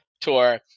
tour